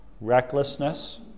recklessness